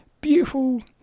beautiful